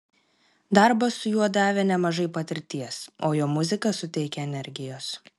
darbas su juo davė nemažai patirties o jo muzika suteikia energijos